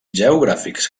geogràfics